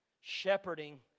Shepherding